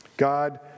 God